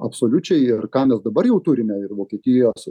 absoliučiai ir ką mes dabar jau turime ir vokietijos